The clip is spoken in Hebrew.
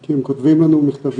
כי הם כותבים לנו מכתבים,